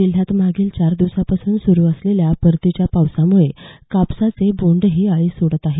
जिल्ह्यात मागील चार दिवसांपासून सुरू असलेल्या परतीच्या पावसामुळे कापसाचे बोंडही आळी सोडत आहे